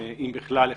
אם בכלל,